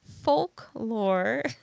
folklore